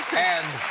and